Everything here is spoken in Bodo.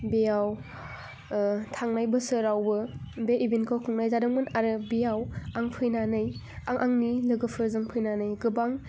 बेयाव थांनाय बोसोरावबो बे इबेन्टखौ खुंनाय जादोंमोन आरो बियाव आं फैनानै आं आंनि लोगोफोरजों फैनानै गोबां